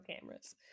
cameras